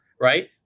right